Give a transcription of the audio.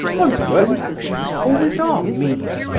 one's worst actions always are mean.